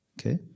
Okay